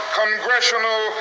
congressional